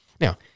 Now